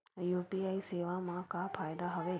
UPI सेवा मा का फ़ायदा हवे?